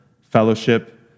fellowship